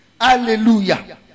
Hallelujah